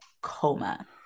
coma